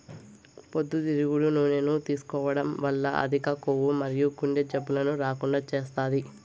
పొద్దుతిరుగుడు నూనెను తీసుకోవడం వల్ల అధిక కొవ్వు మరియు గుండె జబ్బులను రాకుండా చేస్తాది